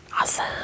awesome